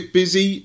busy